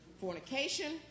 fornication